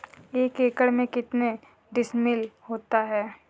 एक एकड़ में कितने डिसमिल होता है?